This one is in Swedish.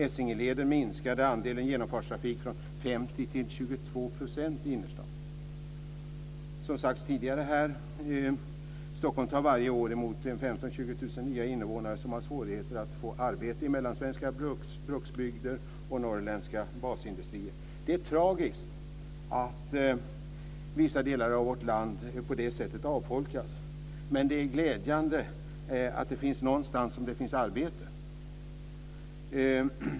Essingeleden minskade andelen genomfartstrafik från Stockholm tar varje år emot 15 000-20 000 nya invånare som har svårigheter att få arbete i mellansvenska bruksbygder och i norrländska basindustrier. Det är tragiskt att vissa delar av vårt land på det sättet avfolkas, men det är glädjande att det är någonstans som det finns arbete.